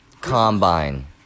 combine